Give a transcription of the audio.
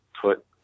put